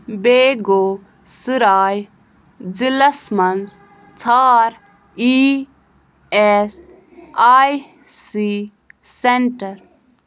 بیٚگو سَراے ضِلعس مَنٛز ژھار اِی اٮ۪س آئی سی سینٹر